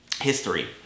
history